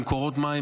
במקורות מים,